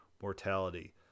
mortality